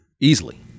easily